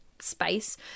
space